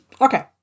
Okay